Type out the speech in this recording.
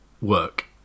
work